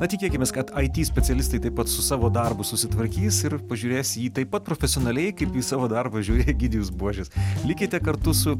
na tikėkimės kad aity specialistai taip pat su savo darbu susitvarkys ir pažiūrės į jį taip pat profesionaliai kaip į savo darbą žiūri egidijus buožis likite kartu su